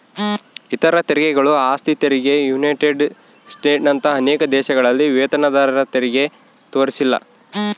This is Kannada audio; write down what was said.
ಇತರ ತೆರಿಗೆಗಳು ಆಸ್ತಿ ತೆರಿಗೆ ಯುನೈಟೆಡ್ ಸ್ಟೇಟ್ಸ್ನಂತ ಅನೇಕ ದೇಶಗಳಲ್ಲಿ ವೇತನದಾರರತೆರಿಗೆ ತೋರಿಸಿಲ್ಲ